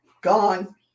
gone